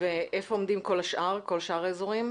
איפה עומדים מול שאר האזורים?